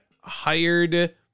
hired